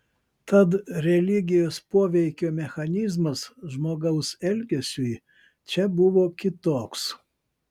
tad religijos poveikio mechanizmas žmogaus elgesiui čia buvo kitoks